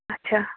اچھا